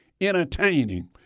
entertaining